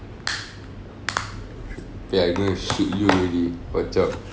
ya I going to shoot you already watch out